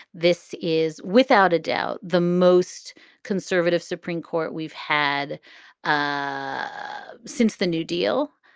this is without a doubt, the most conservative supreme court we've had ah since the new deal.